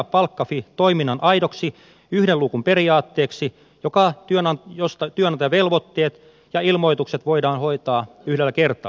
fi toiminnan aidoksi yhden luukun periaatteeksi mistä työnantajavelvoitteet ja ilmoitukset voidaan hoitaa yhdellä kertaa